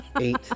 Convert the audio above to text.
Eight